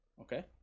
Okay